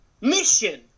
mission